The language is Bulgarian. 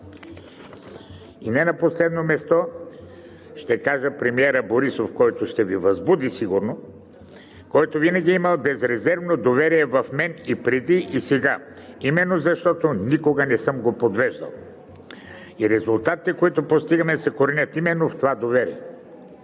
И не на последно място, ще кажа премиерът Борисов, което ще Ви възбуди сигурно, който винаги е имал безрезервно доверие в мен – преди и сега, защото никога не съм го подвеждал и резултатите, които постигаме, се коренят именно в това доверие.